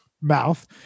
mouth